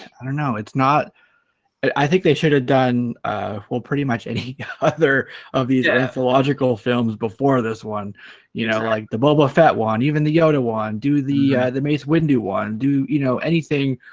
i don't know it's not i think they should have done well pretty much any other of these illogical films before this one you know like the boba fett one even the yoda wand do the the mace windu one do you know anything?